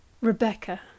rebecca